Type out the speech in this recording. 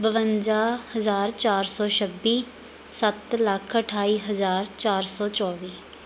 ਬਵੰਜਾ ਹਜ਼ਾਰ ਚਾਰ ਸੌ ਛੱਬੀ ਸੱਤ ਲੱਖ ਅਠਾਈ ਹਜ਼ਾਰ ਚਾਰ ਸੌ ਚੌਵੀ